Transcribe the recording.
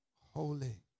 holy